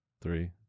Three